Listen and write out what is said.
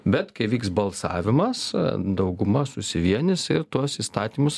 bet kai vyks balsavimas dauguma susivienys ir tuos įstatymus